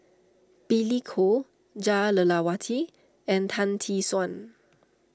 Billy Koh Jah Lelawati and Tan Tee Suan